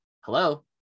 hello